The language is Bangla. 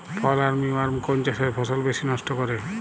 ফল আর্মি ওয়ার্ম কোন চাষের ফসল বেশি নষ্ট করে?